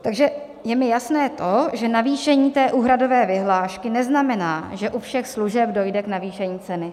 Takže je mi jasné to, že navýšení té úhradové vyhlášky neznamená, že u všech služeb dojde k navýšení ceny.